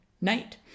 night